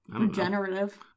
regenerative